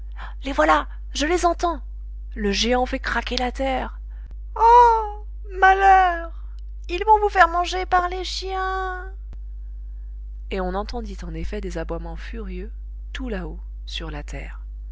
les voilà je les entends le géant fait craquer la terre ah malheur ils vont vous faire manger par les chiens et on entendit en effet des aboiements furieux tout là-haut sur la terre